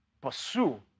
Pursue